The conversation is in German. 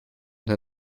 der